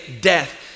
death